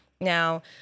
Now